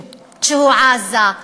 שהוא עזה.